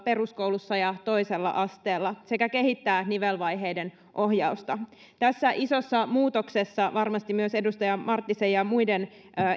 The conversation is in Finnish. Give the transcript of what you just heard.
peruskoulussa ja toisella asteella sekä kehittää nivelvaiheiden ohjausta tässä isossa muutoksessa varmasti myös edustaja marttisen ja ja muiden